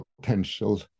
potential